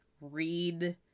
read